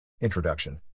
Introduction